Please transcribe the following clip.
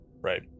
Right